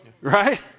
Right